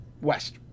west